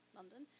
London